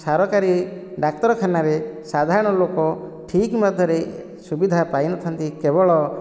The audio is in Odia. ସରକାରୀ ଡାକ୍ତରଖାନାରେ ସାଧାରଣ ଲୋକ ଠିକ ମାତ୍ରାରେ ସୁବିଧା ପାଇନଥାନ୍ତି କେବଳ